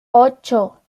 ocho